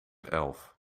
elf